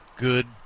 Good